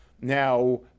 Now